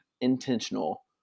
intentional